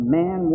man